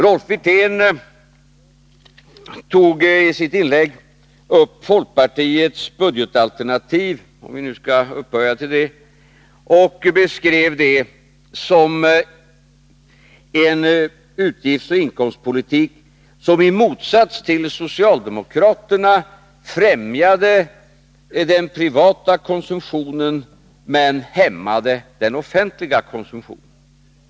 Rolf Wirtén tog i sitt inlägg upp folkpartiets budgetalternativ — om vi nu skall upphöja det till ett sådant — och beskrev det som en utgiftsoch inkomstpolitik som i motsats till socialdemokraternas främjade den privata konsumtionen men hämmade den offentliga konsumtionen.